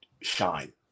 shine